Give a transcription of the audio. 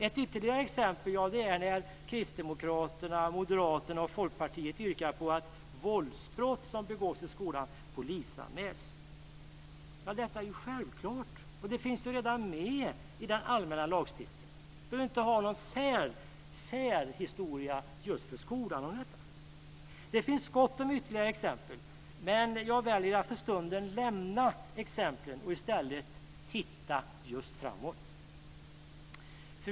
Ett ytterligare exempel är när Kristdemokraterna, Moderaterna och Folkpartiet yrkar på att våldsbrott som begås i skolan polisanmäls. Detta är ju självklart och finns redan med i den allmänna lagstiftningen. Vi behöver inte ha några särregler just för skolan. Det finns gott om ytterligare exempel. Men jag väljer att för stunden lämna exemplen och i stället titta framåt.